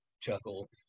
chuckle